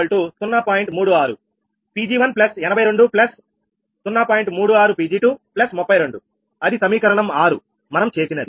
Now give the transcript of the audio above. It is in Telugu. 36𝑃𝑔232 అది సమీకరణం 6 మనం చేసినది